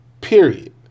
period